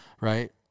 Right